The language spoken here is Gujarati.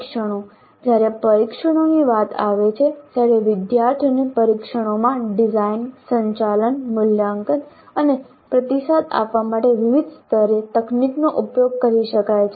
પરીક્ષણો જ્યારે પરીક્ષણોની વાત આવે છે ત્યારે વિદ્યાર્થીઓને પરીક્ષણોમાં ડિઝાઇન સંચાલન મૂલ્યાંકન અને પ્રતિસાદ આપવા માટે વિવિધ સ્તરે તકનીકોનો ઉપયોગ કરી શકાય છે